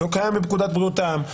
שלא קיים בפקודת בריאות העם,